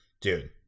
Dude